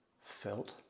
felt